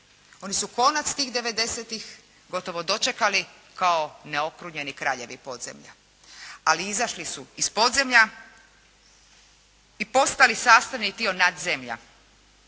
oni su konac tih 90-ih, gotovo dočekali kao neokrunjeni kraljevi podzemlja. Ali izašli su iz podzemlja i postali sastavni dio nadzemlja.